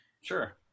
Sure